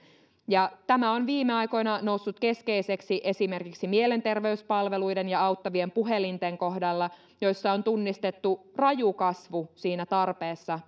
tämä on viime aikoina noussut keskeiseksi esimerkiksi mielenterveyspalveluiden ja auttavien puhelinten kohdalla joissa on tunnistettu raju kasvu siinä tarpeessa